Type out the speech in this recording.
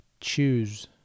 choose